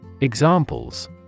Examples